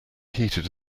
heated